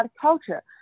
culture